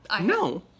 No